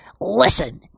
listen